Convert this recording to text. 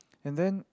and then